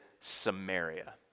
Samaria